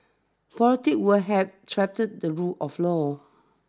politics will have trapped the rule of law